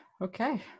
Okay